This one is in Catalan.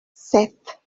set